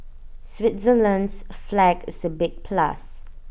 Switzerland's flag is A big plus